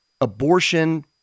abortion